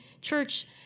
church